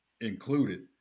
included